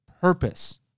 purpose